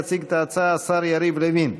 יציג את ההצעה השר יריב לוין,